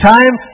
Time